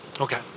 Okay